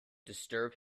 disturb